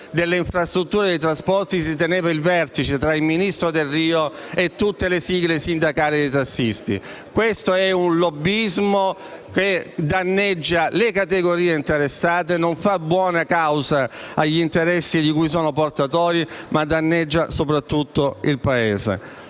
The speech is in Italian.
delle infrastrutture e dei trasporti si teneva il vertice tra il ministro Delrio e tutte le sigle sindacali dei tassisti. Questo è un lobbismo che danneggia le categorie interessate, non fa buona causa con gli interessi di cui sono portatori i sindacati e danneggia soprattutto il Paese.